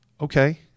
Okay